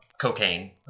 cocaine